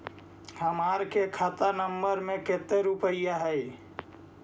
हमार के खाता नंबर में कते रूपैया है?